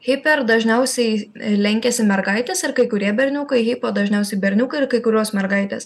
hiper dažniausiai lenkiasi mergaitės ar kai kurie berniukai hipo dažniausiai berniukai ir kai kurios mergaitės